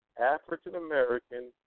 African-American